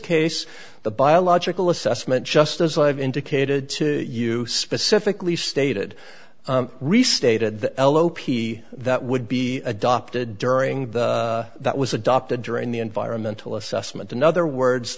case the biological assessment just as i've indicated to you specifically stated restated the l o p that would be adopted during the that was adopted during the environmental assessment in other words